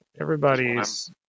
Everybody's